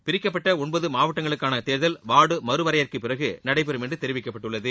பிரிக்கப்பட்ட ஒன்பது மாவட்டங்களுக்கான தேர்தல் வாா்டு மறுவரையறைக்குப் பிறகு நடைபெறும் என்று தெரிவிக்கப்பட்டுள்ளது